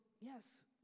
yes